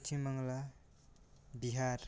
Paschim Bangla Bihar